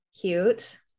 Cute